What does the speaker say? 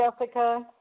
Jessica